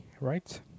Right